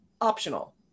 optional